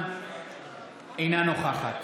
אינה נוכחת